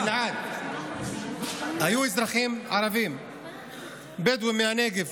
גלעד, היו אזרחים ערבים בדואים מהנגב